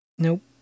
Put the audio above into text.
Nope